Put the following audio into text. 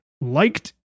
liked